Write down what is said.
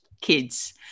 kids